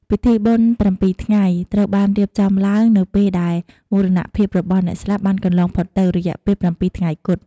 ពិធីបុណ្យប្រាំពីរថ្ងៃ ត្រូវបានរៀបចំឡើងនៅពេលដែលមរណភាពរបស់អ្នកស្លាប់បានកន្លងផុតទៅ រយៈពេលប្រាំពីរថ្ងៃគត់។